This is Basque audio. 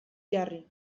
jarri